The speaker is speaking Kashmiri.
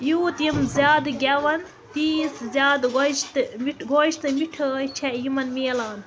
یوٗت یِم زیادٕ گٮ۪ون تیٖژ زیادٕ گوجہٕ تہٕ مِٹھٕ گوجہٕ تہٕ مِٹھٲے چھے٘ یِمن مِلان